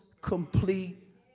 complete